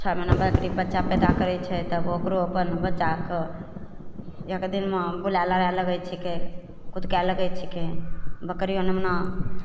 छओ महिनामे बकरी बच्चा पैदा करै छै तब ओकरो अपन बच्चाके एक दिनमे बोले लागै लागै छिकै कुदके लागै छिकै बकरी आओर नेमना